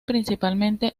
principalmente